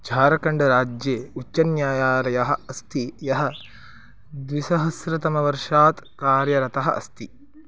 झारखण्डराज्ये उच्चन्यायालयः अस्ति यः द्विसहस्रतमवर्षात् कार्यरतः अस्ति